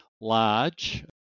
large